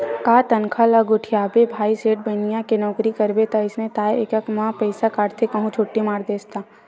का तनखा ल गोठियाबे भाई सेठ बनिया के नउकरी करबे ता अइसने ताय एकक कन म पइसा काटथे कहूं छुट्टी मार देस ता